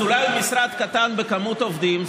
אז אולי הוא משרד קטן במספר העובדים,